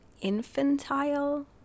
infantile